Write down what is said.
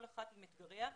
כל אחד עם אתגריה,